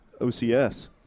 OCS